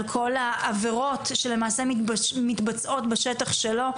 כל העבירות שלמעשה מתבצעות בשטח שלו.